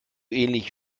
ähnlich